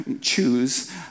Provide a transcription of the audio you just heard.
choose